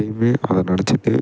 எப்போயுமே அதை நினைச்சிட்டு